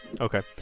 Okay